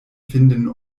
finden